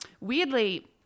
Weirdly